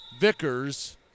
Vickers